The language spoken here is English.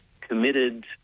committed